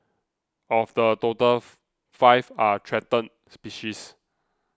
of the total five are threatened species